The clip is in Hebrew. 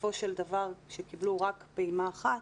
שקיבלו רק פעימה אחת,